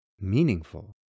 meaningful